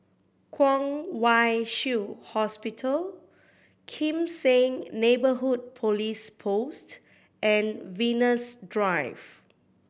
Kwong Wai Shiu Hospital Kim Seng Neighbourhood Police Post and Venus Drive